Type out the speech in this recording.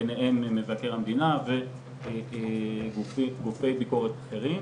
ביניהם מבקר המדינה וגופי ביקורת אחרים,